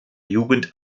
jugend